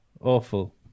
awful